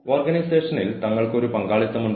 civil service പരീക്ഷകളിൽ ഇത് ചെയ്യാറുണ്ട്